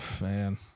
Man